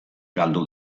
galdu